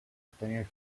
obtenir